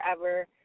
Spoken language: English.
forever